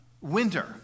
Winter